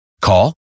Call